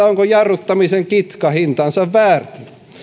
onko jarruttamisen kitka hintansa väärti